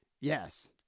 Yes